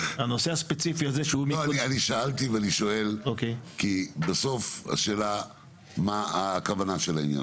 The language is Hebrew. השאלה היא, שאלתי ואני שואל, מה הכוונה של העניין?